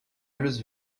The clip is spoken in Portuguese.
olhos